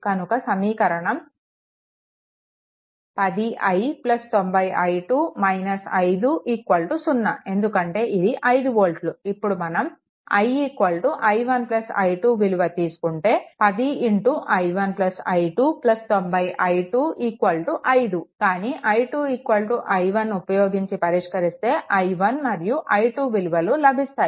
కనుక సమీకరణం 10i 90i2 5 0 ఎందుకంటే ఇది 5 వోల్ట్లు ఇప్పుడు మనం i i1 i2 విలువ తీసుకుంటే 10i1 i2 90i2 5 కానీ i2 i1 ఉపయోగించి పరిష్కరిస్తే i1 మరియు i2 లభిస్తాయి